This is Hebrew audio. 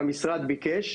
שהמשרד ביקש.